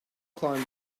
climbed